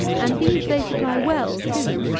and these they supply well too,